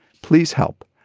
please help.